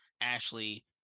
Ashley